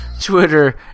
Twitter